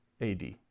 AD